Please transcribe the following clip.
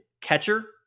catcher